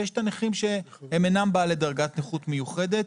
ויש את הנכים שהם אינם בעלי דרגת נכות מיוחדת.